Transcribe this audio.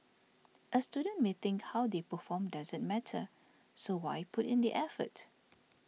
a student may think how they perform doesn't matter so why put in the effort